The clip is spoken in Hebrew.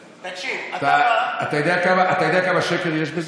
תקשיב, אתה, אתה יודע כמה שקר יש בזה?